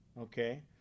Okay